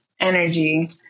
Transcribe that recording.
energy